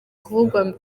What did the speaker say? kuvugwa